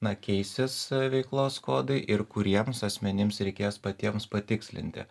na keisis veiklos kodai ir kuriems asmenims reikės patiems patikslinti